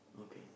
okay